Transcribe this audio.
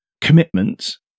commitments